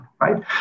right